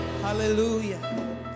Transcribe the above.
Hallelujah